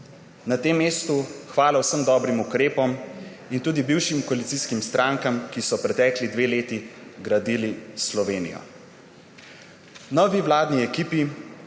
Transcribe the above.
Na tem mestu hvala vsem dobrim ukrepom in tudi bivšim koalicijskim strankam, ki so pretekli dve leti gradile Slovenijo. Novi vladni ekipi,